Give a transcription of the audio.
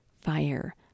fire